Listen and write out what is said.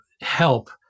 help